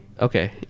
Okay